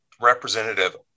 representative